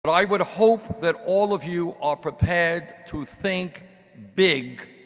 but i would hope that all of you are prepared to think big,